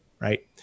right